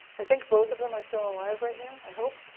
i think. both of them are still alive right now, i hope.